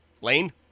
Lane